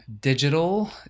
digital